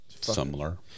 Similar